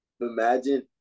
Imagine